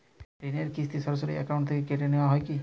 ঋণের কিস্তি সরাসরি অ্যাকাউন্ট থেকে কেটে নেওয়া হয় কি?